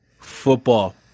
Football